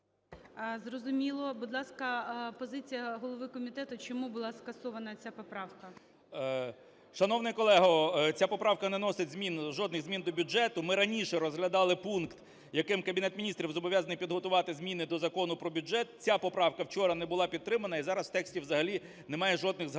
Зрозуміло. Будь ласка, позиція голови комітету, чому була скасована ця поправка. 10:28:54 КНЯЖИЦЬКИЙ М.Л. Шановний колего, ця поправка не вносить жодних змін до бюджету. Ми раніше розглядали пункт, яким Кабінет Міністрів зобов'язаний підготувати зміни до Закону про бюджет, ця поправка вчора не була підтримана, і зараз в тексті взагалі немає жодних згадок